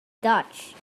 dutch